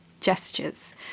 gestures